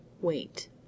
wait